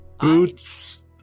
Boots